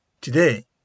today